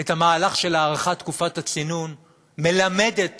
את המהלך של הארכת תקופת הצינון מלמדת